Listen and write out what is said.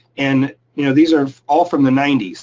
and you know these are all from the ninety s.